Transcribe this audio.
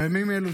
בימים אלו,